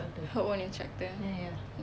her own instructor